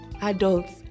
adults